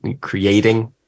creating